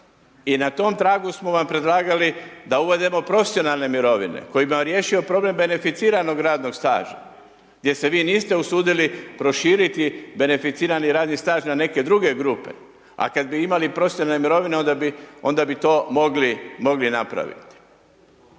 I na tom tragu smo vam predlagali, da uvedemo profesionalne mirovine, kojim bi riješio problem beneficiranog radnog staža, gdje se vi niste usudili proširiti beneficirani radni staž, na neke druge grupe. A kada bi imali …/Govornik se ne razumije./… mirovine, onda bi to mogli napraviti.